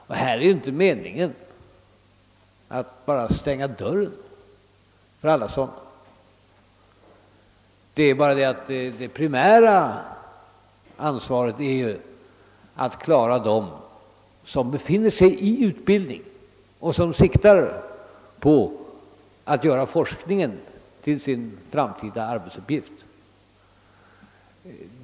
Det är inte meningen att bara stänga dörren för alla sådana, men det primära ansvaret är att klara dem som befinner sig i utbildning och som siktar på att göra forskningen till sin framtida arbetsuppgift.